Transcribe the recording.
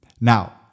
Now